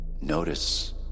notice